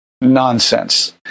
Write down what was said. nonsense